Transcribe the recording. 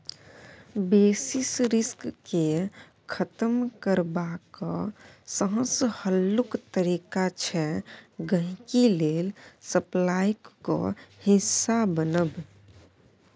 basis risk केँ खतम करबाक सबसँ हल्लुक तरीका छै गांहिकी लेल सप्लाईक हिस्सा बनब